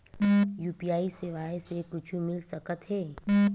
UPI सेवाएं से कुछु मिल सकत हे?